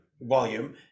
volume